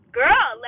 girl